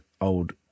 Old